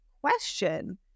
question